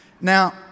Now